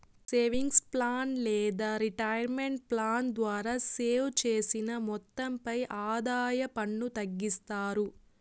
savings plan లేదా retirement plan ద్వారా save చేసిన మొత్తంపై ఆదాయ పన్ను తగ్గిస్తారు